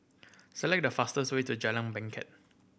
select the fastest way to Jalan Bangket